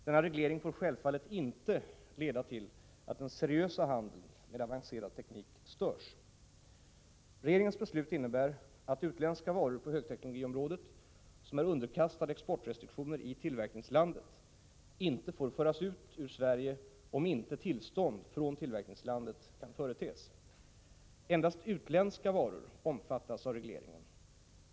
Denna reglering får självfallet inte leda till att den seriösa handeln med avancerad teknik störs. Regeringens beslut innebär att utländska varor på högteknologiområdet som är underkastade exportrestriktioner i tillverkningslandet inte får föras ut ur Sverige om inte tillstånd från tillverkningslandet kan företes. Endast utländska varor omfattas av regleringen.